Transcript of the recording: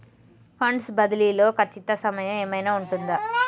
Funds బదిలీ లో ఖచ్చిత సమయం ఏమైనా ఉంటుందా?